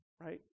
right